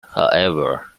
however